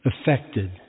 affected